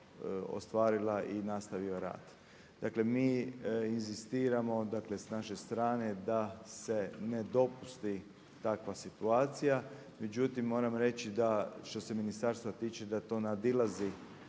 ostvarila i nastavio rad. Dakle, mi inzistiramo, dakle sa naše strane da se ne dopusti takva situacija. Međutim, moram reći da što se ministarstva tiče da to nadilazi